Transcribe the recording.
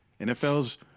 NFL's